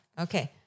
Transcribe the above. Okay